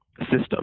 system